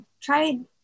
tried